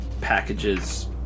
Packages